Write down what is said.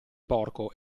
porco